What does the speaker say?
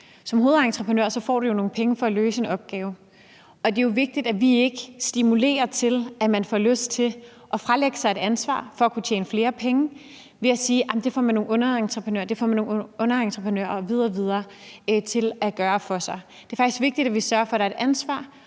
Som hovedentreprenør får du nogle penge for at løse en opgave, og det er jo vigtigt, at vi ikke stimulerer noget, så man får lyst til at fralægge sig et ansvar for på den måde at kunne tjene flere penge ved at sige, at det får man nogle underentreprenører osv. osv. til at gøre for sig. Det er faktisk vigtigt, at vi sørger for, at der er et ansvar,